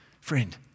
friend